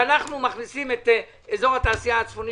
שאנחנו מכניסים את אזור התעשייה הצפוני